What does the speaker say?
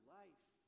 life